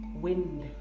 wind